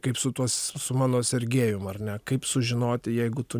kaip su tuos su mano sergiejum ar ne kaip sužinoti jeigu tu